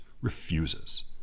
refuses